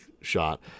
shot